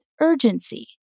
urgency